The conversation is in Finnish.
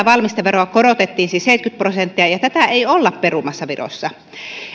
valmisteveroa korotettiin siis seitsemänkymmentä prosenttia ja tätä ei olla perumassa virossa